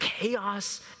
chaos